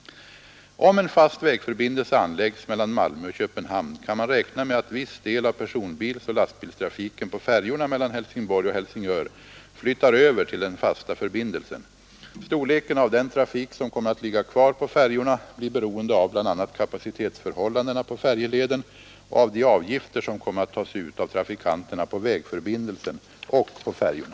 Om en fast vägförbindelse anläggs mellan Malmö och Köpenhamn kan man räkna med att viss del av personbilsoch lastbilstrafiken på färjorna mellan Helsingborg och Helsingör flyttar över till den fasta förbindelsen. Storleken av den trafik som kommer att ligga kvar på färjorna blir beroende av bl.a. kapacitetsförhållandena på färjeleden och av de avgifter som kommer att tas ut av trafikanterna på vägförbindelsen och på färjorna.